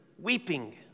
weeping